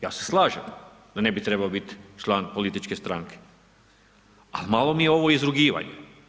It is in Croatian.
Ja se slažem da ne bi trebao biti član političke stranke, ali mi je ovo izrugivanje.